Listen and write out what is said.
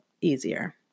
easier